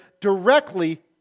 directly